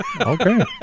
Okay